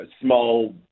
small